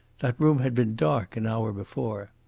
that room had been dark an hour before.